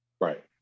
Right